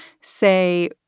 say